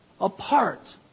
apart